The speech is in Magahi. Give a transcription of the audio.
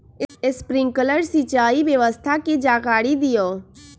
स्प्रिंकलर सिंचाई व्यवस्था के जाकारी दिऔ?